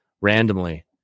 randomly